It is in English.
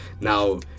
now